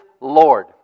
Lord